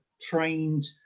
trained